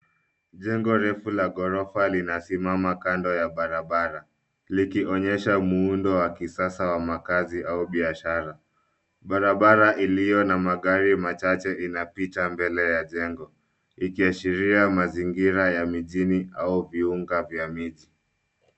Jengo refu la ghorofa linasimama kando ya barabara, likionyesha muundo wa kisasa wa makazi au biashara. Barabara iliyo na magari machache inapita mbele ya jengo, likiashiria mazingira ya mijini au viunga vya miti.